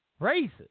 Racist